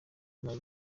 kumara